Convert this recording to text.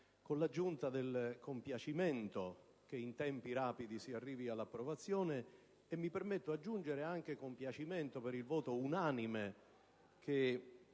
con l'aggiunta del compiacimento che in tempi rapidi si giunga alla piena approvazione. Mi permetto di aggiungere anche il compiacimento per il voto unanime che